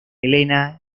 elena